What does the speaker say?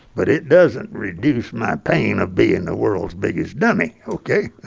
but it doesn't reduce my pain of being the world's biggest dummy, ok?